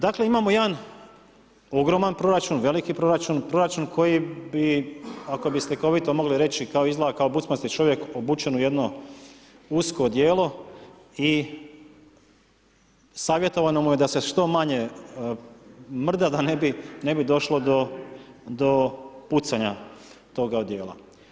Dakle, imamo jedan ogroman proračun, veliki proračun, proračun, koji bi, ako bi slikovito mogli reći, kao izgleda kao bucmasti čovjek obučen u jedno usko odijelo i savjetovano mu je da se što manje mrda da ne bi došlo do pucanja toga odjela.